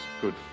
good